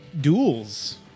duels